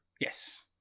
Yes